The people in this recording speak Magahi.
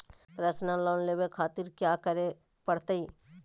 पर्सनल लोन लेवे खातिर कया क्या करे पड़तइ?